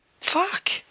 fuck